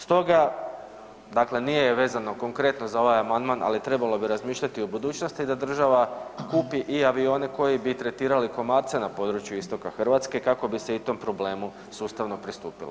Stoga dakle nije vezano konkretno za ovaj amandman, ali trebalo bi razmišljati o budućnosti, da država kupi i avione koji bi tretirali komarce na području istoka Hrvatske, kako bi se i tom problemu sustavno pristupilo.